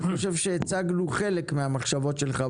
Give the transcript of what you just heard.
אני חושב שהצגנו חלק מהמחשבות שלך,